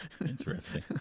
Interesting